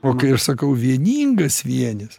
o kai aš sakau vieningas vienis